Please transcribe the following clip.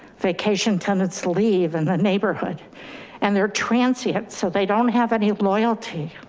vacation tenants leave and the neighborhood and they're transient, so they don't have any loyalty.